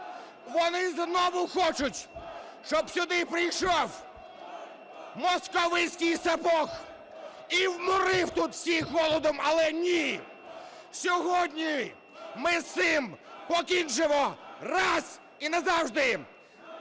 Вони знову хочуть, щоб сюди прийшов московитський сапог і вморив тут всіх голодом. Але ні! Сьогодні ми з цим покінчимо раз і назавжди!